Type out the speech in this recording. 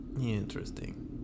Interesting